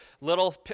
little